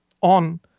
on